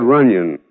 Runyon